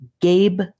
Gabe